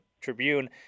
Tribune